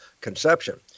conception